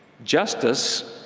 justice,